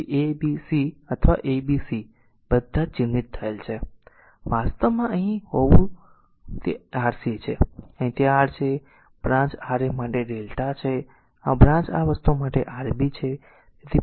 તેથી તે ab c અથવા a b c બધા ચિહ્નિત થયેલ છે તેથી a વાસ્તવમાં અહીં હોવું તે Rc છે અને અહીં તે r છે આ બ્રાંચ Ra માટે Δ છે અને આ બ્રાંચ આ વસ્તુ માટે Rb છે